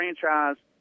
franchise